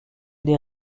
des